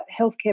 healthcare